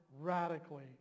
radically